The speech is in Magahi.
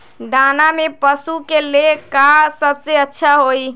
दाना में पशु के ले का सबसे अच्छा होई?